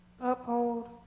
uphold